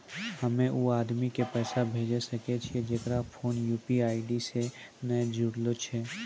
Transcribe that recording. हम्मय उ आदमी के पैसा भेजै सकय छियै जेकरो फोन यु.पी.आई से नैय जूरलो छै?